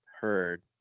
heard